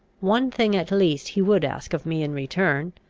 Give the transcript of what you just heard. one thing at least he would ask of me in return,